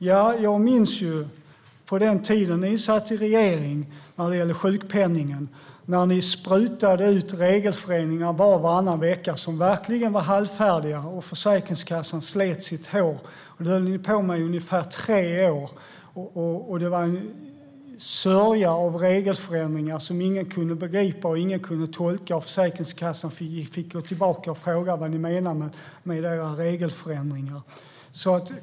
Jag minns den tid ni satt i regeringen och hur det var med sjukpenningen. Ni sprutade ut regelförändringar var och varannan vecka som verkligen var halvfärdiga, och Försäkringskassan slet sitt hår. Det höll ni på med i ungefär tre år. Det var en sörja av regelförändringar som ingen kunde begripa och ingen kunde tolka, och Försäkringskassan fick gå tillbaka och fråga vad ni menade med era regelförändringar.